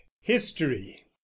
history